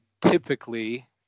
typically